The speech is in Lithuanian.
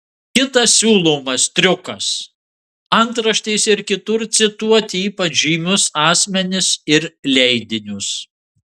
kitas siūlomas triukas antraštėse ir kitur cituoti ypač žymius asmenis ir leidinius